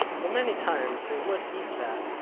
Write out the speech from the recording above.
though many times they would eat that,